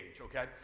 okay